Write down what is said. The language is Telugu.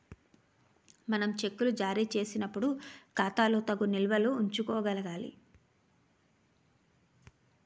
మనం చెక్కులు జారీ చేసినప్పుడు ఖాతాలో తగు నిల్వలు ఉంచుకోగలగాలి